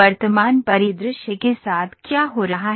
वर्तमान परिदृश्य के साथ क्या हो रहा है